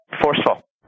forceful